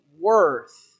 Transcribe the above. worth